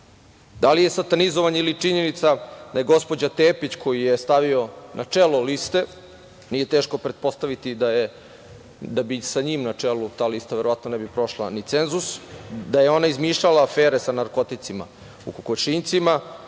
li je satanizovanje ili činjenica da je gospođa Tepić koju je stavio na čelo liste, nije teško pretpostaviti da bi sa njim na čelu ta lista, verovatno ne bi prošla ni cenzus, da je ona izmišljala afere sa narkoticima u kokošincima